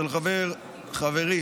של חברי